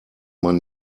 man